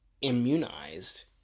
immunized